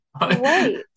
Right